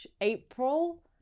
April